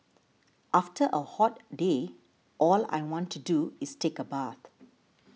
after a hot day all I want to do is take a bath